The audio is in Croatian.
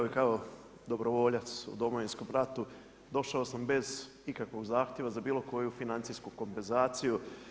Evo i kao dobrovoljac u Domovinskom ratu došao sam bez ikakvog zahtjeva za bilo koju financijsku kompenzaciju.